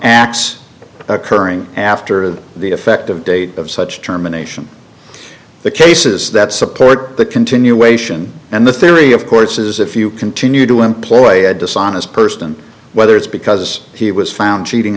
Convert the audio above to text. x occurring after the effective date of such terminations the cases that support the continuation and the theory of course is if you continue to employ a dishonest person whether it's because he was found cheating